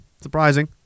surprising